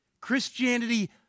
Christianity